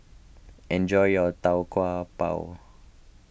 enjoy your Tau Kwa Pau